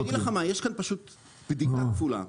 אני אגיד לך מה, יש כאן פשוט בדיקה כפולה,